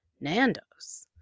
Nando's